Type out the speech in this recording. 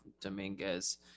Dominguez